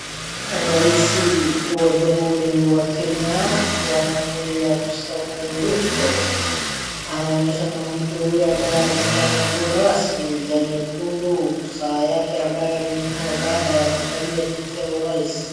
Rais wa nchi wa jamhuri wa kenya bwana William Samoe Ruto anaonyesha mwanamke huyu ambaye amevaa nguo rasmi ya nyekundu saa yake ambayo alinunua baada ya kukalia kiti ya urais.